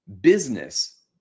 business